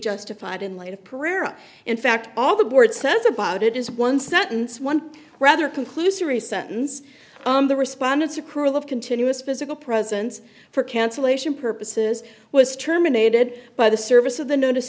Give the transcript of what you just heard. justified in light of pereira in fact all the board says about it is one sentence one rather conclusory sentence the respondents accrual of continuous physical presence for cancellation purposes was terminated by the service of the notice